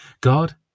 God